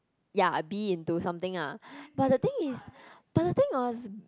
ya B into something ah but the thing is but thing was